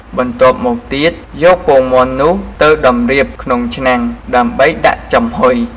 បន្ទាប់មកទៀត យកពងមាន់នោះទៅតម្រៀបក្នុងឆ្នាំងដើម្បីដាក់ចំហុយ។